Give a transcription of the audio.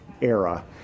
era